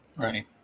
Right